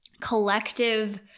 collective